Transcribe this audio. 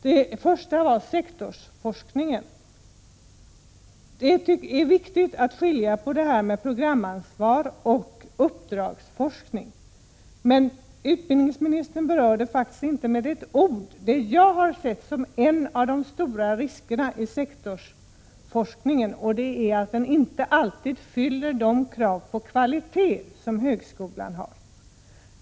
Den första gäller sektorsforskningen. Det är viktigt att skilja på programansvar och uppdragsforskning, men utbildningsministern berörde faktiskt inte med ett ord det jag ser som en av de stora riskerna i sektorsforskningen. Det är att den inte alltid fyller de krav på kvalitet som högskolan har.